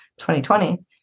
2020